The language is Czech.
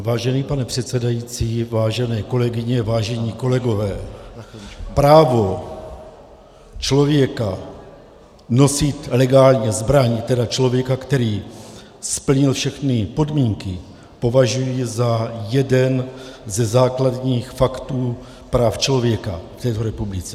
Vážený pane předsedající, vážené kolegyně, vážení kolegové, právo člověka nosit legálně zbraň, tedy člověka, který splnil všechny podmínky, považuji za jeden ze základních faktů práv člověka v této republice.